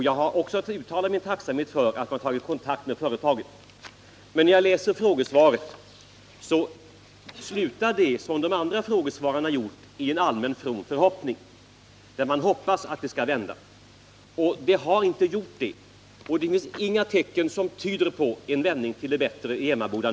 Jag har uttalat min tacksamhet över att man har tagit kontakt med företaget. Men detta frågesvar liksom tidigare frågesvar slutar i en allmän from förhoppning. Man hoppas att utvecklingen skall vända. Så har dock inte skett. Inga tecken tyder på en vändning till det bättre i Emmaboda.